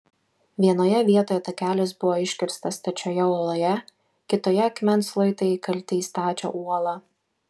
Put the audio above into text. vienoje vietoje takelis buvo iškirstas stačioje uoloje kitoje akmens luitai įkalti į stačią uolą